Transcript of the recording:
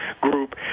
group